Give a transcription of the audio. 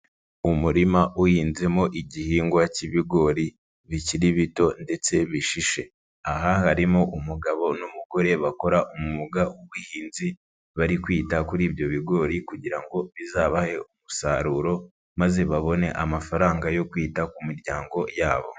Umurima uhinzemo igihingwa cy'ibigori bikiri bito ndetse bishishe, aha harimo umugabo n'umugore bakora umwuga w'ubuhinzi, bari kwita kuri ibyo bigori kugira ngo bizabahe umusaruro maze babone amafaranga yo kwita ku miryango yabo.